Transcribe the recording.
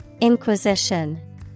Inquisition